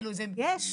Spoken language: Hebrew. יש,